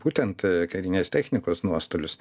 būtent karinės technikos nuostolius